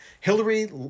Hillary